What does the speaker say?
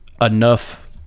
enough